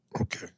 Okay